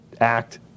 act